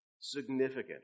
significant